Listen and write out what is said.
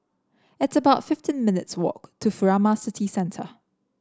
it's about fifteen minutes' walk to Furama City Centre